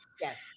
Yes